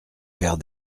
faire